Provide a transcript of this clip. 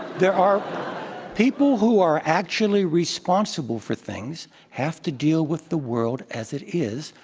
there are people who are actually responsible for things have to deal with the world as it is,